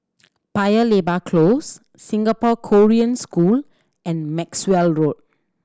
Paya Lebar Close Singapore Korean School and Maxwell Road